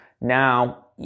now